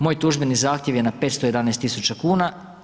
Moj tužbeni zahtjev je na 511 tisuća kuna.